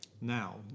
now